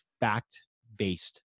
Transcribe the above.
fact-based